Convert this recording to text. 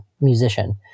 musician